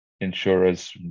insurers